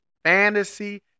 fantasy